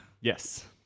Yes